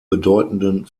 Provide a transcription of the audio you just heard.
bedeutenden